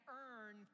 earn